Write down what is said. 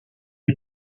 est